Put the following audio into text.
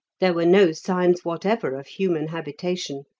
there were no signs whatever of human habitation,